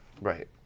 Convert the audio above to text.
Right